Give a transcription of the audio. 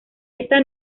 esta